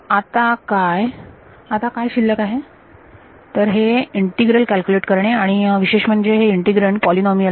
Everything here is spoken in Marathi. आता काय आता काय शिल्लक आहे तर हे इंटिग्रल कॅल्क्युलेट करणे आणि विशेष म्हणजे हे इंटिग्रँड पोलीनोमियल आहे